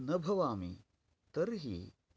न भवामि तर्हि